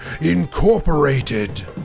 Incorporated